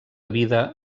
vida